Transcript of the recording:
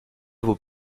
vos